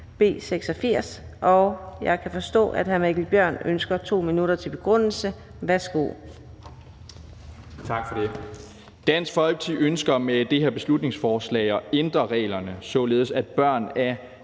Jeg kan forstå, at hr. Mikkel Bjørn ønsker 2 minutter til begrundelse af